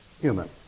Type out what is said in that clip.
human